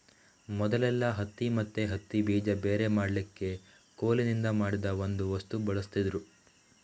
ಮೊದಲೆಲ್ಲಾ ಹತ್ತಿ ಮತ್ತೆ ಹತ್ತಿ ಬೀಜ ಬೇರೆ ಮಾಡ್ಲಿಕ್ಕೆ ಕೋಲಿನಿಂದ ಮಾಡಿದ ಒಂದು ವಸ್ತು ಬಳಸ್ತಿದ್ರು